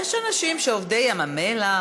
יש אנשים, עובדי "מפעלי ים-המלח".